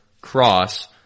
Cross